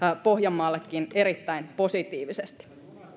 pohjanmaallekin erittäin positiivisesti